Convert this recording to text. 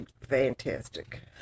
fantastic